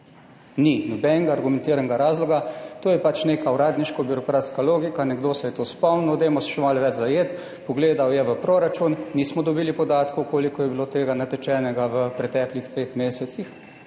Ni nobenega argumentiranega razloga. To je pač neka uradniško-birokratska logika, nekdo se je to spomnil, dajmo še malo več zajeti, pogledal je v proračun, nismo dobili podatkov, koliko je bilo tega natečenega v preteklih treh mesecih,